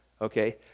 Okay